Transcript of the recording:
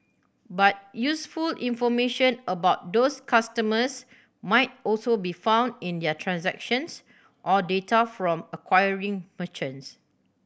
but useful information about those customers might also be found in their transactions or data from acquiring merchants